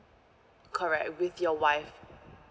correct with your wife